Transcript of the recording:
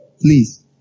please